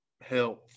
health